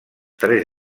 tres